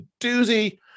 doozy